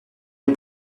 les